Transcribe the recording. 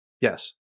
Yes